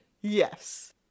Yes